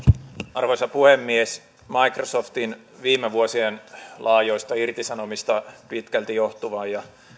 arvoisa puhemies microsoftin viime vuosien laajoista irtisanomisista pitkälti johtuvaan